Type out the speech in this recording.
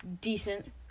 decent